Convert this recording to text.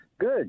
Good